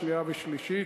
שנייה ושלישית,